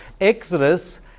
Exodus